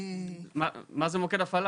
מה זה מוקד הפעלה?